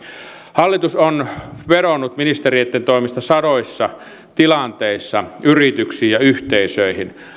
hallitus on vedonnut ministereitten toimesta sadoissa tilanteissa yrityksiin ja yhteisöihin